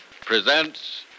Presents